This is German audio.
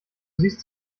siehst